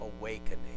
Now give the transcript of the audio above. awakening